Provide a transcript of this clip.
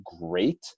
great